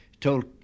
told